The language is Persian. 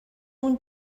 اون